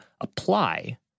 apply